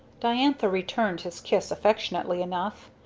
diantha returned his kiss affectionately enough,